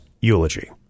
eulogy